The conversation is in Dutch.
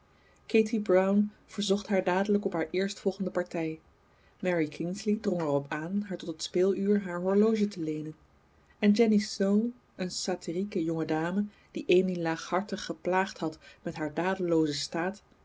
katy brown verzocht haar dadelijk op haar eerstvolgende partij mary kingsley drong er op aan haar tot het speeluur haar horloge te leenen en jenny snow een satirieke jonge dame die amy laaghartig geplaagd had met haar dadelloozen staat